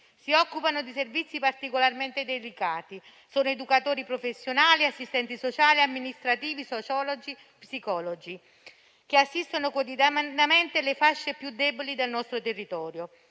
si occupano di servizi particolarmente delicati: sono educatori professionali, assistenti sociali, amministrativi, sociologi e psicologi, che assistono quotidianamente le fasce più deboli del nostro territorio.